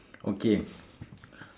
okay